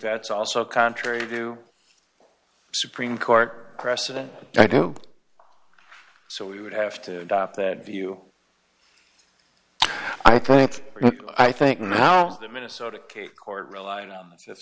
that's also a contrary view supreme court precedent i do so we would have to adopt that view i think i think now the minnesota court relied on that